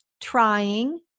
trying